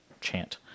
chant